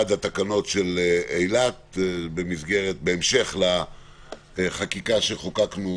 התקנות של אילת בהמשך לחקיקה שחוקקנו